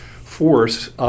force